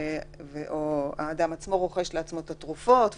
או האדם עצמו, שרוכש לעצמו את התרופות וכו'